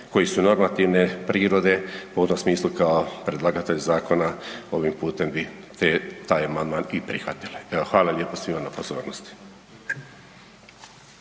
koji su normativne prirode, pa u tom smislu kao predlagatelj zakona ovim putem bi te, taj amandman i prihvatili. Evo, hvala lijepo svima na pozornosti.